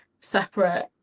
separate